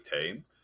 team